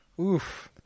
Oof